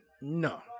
No